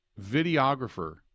videographer